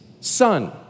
son